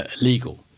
illegal